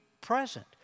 present